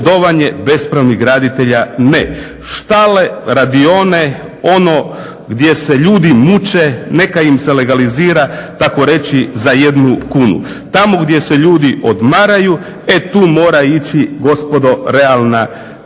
pogodovanje bespravnih graditelja ne. štale, radione, ono gdje se ljudi muče neka im se legalizira takoreći za 1 kunu. Tamo gdje se ljudi odmaraju e tu mora ići gospodo realna neka